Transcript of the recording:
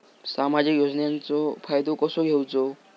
सामाजिक योजनांचो फायदो कसो घेवचो?